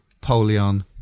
Polion